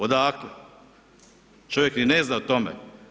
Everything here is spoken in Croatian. Odakle, čovjek i ne zna o tome.